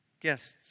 guests